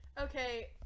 Okay